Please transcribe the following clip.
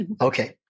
Okay